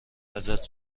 ازت